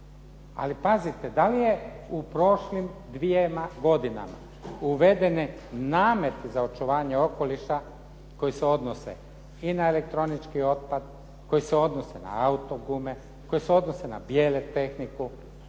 Ali pazite, da li je u prošlim dvjema godinama uvedeni nameti za očuvanje okoliša koji se odnose i na elektronički otpad, koji se odnose na auto gume, koji se odnose na bijelu tehniku.